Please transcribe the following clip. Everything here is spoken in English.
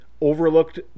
overlooked